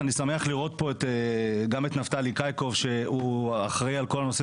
ואני שמח לראות פה גם את נפתלי קאיקוב שאחראי על כל הנושא